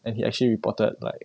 and he actually reported like